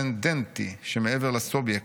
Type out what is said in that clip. טרנסצנדנטי שמעבר לסובייקט,